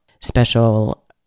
Special